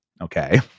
Okay